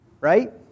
Right